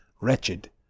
wretched